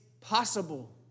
possible